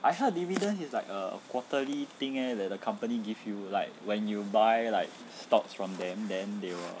I heard dividend is like a quarterly thing leh that the company give you like when you buy like stocks from them them they will